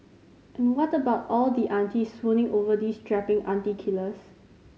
and what about all the aunties swooning over these strapping auntie killers